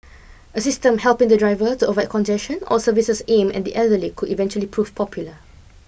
a system helping the driver to avoid congestion or services aimed at the elderly could eventually prove popular